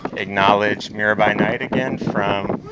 acknowledge mirabai knight again, from